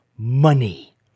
Money